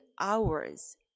hours